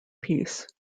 peace